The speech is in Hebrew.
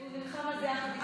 כי הוא נלחם על זה יחד איתנו,